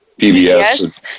PBS